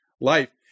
life